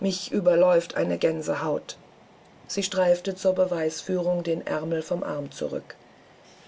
mich überläuft eine gänsehaut sie streifte zur beweisführung den aermel vom arm zurück